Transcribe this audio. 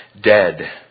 dead